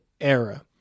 era